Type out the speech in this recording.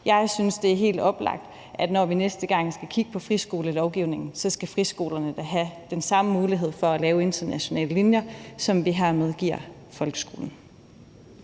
Jeg synes, det er helt oplagt, at når vi næste gang skal kigge på friskolelovgivningen, så skal friskolerne da have den samme mulighed for at lave internationale linjer, som vi hermed giver folkeskolen.